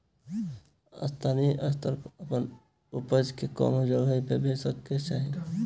स्थानीय स्तर पर अपने ऊपज के कवने जगही बेचे के चाही?